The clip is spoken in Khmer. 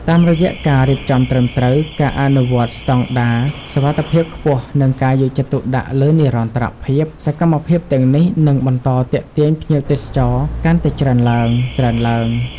តាមរយៈការរៀបចំត្រឹមត្រូវ ការអនុវត្តស្តង់ដារសុវត្ថិភាពខ្ពស់ និងការយកចិត្តទុកដាក់លើនិរន្តរភាព សកម្មភាពទាំងនេះនឹងបន្តទាក់ទាញភ្ញៀវទេសចរកាន់តែច្រើនឡើងៗ។